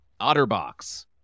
Otterbox